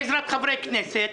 בעזרת חברי כנסת,